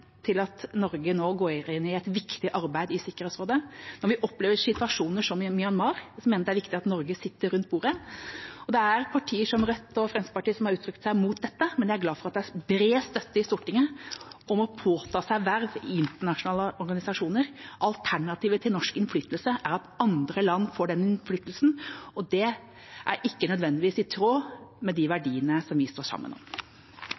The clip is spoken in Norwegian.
til at Norge nå går inn i et viktig arbeid i Sikkerhetsrådet. Når vi opplever situasjoner som i Myanmar, mener jeg det er viktig at Norge sitter rundt bordet. Det er partier, som Rødt og Fremskrittspartiet, som har uttalt seg mot dette, men jeg er glad for at det er bred støtte i Stortinget om å påta seg verv i internasjonale organisasjoner. Alternativet til norsk innflytelse er at andre land får den innflytelsen, og det er ikke nødvendigvis i tråd med de verdiene som vi står sammen om.